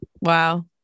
Wow